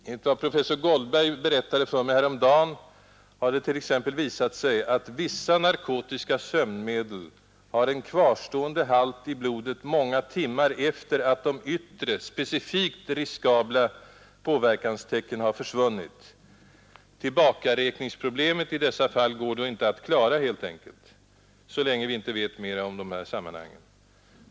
Enligt vad professor Goldberg berättade för mig häromdagen har det t.ex. visat sig att vissa narkotiska sömnmedel har en kvarstående halt i blodet många timmar efter det att de yttre specifikt riskabla påverkanstecknen har försvunnit. Tillbakaräkningsproblemet i dessa fall kan då helt enkelt inte klaras så länge vi inte vet mer om dessa sammanhang.